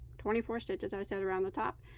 twenty four stitches i said around the top.